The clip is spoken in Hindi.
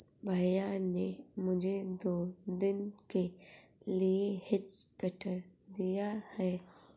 भैया ने मुझे दो दिन के लिए हेज कटर दिया है